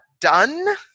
done